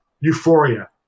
euphoria